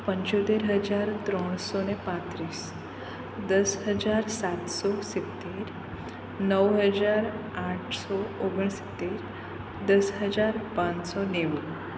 પંચોતેર હજાર ત્રણસો ને પાંત્રીસ દસ હજાર સાતસો સિત્તેર નવ હજાર આઠસો ઓગણસિત્તેર દસ હજાર પાંચસો નેવું